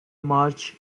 march